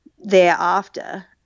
thereafter